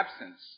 absence